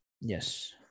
Yes